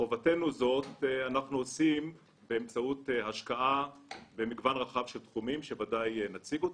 את חובתנו זו אנחנו עושים באמצעות השקעה במגוון רחב של תחומים שנציג.